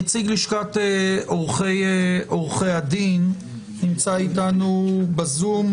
נציג לשכת עורכי הדין נמצא איתנו בזום,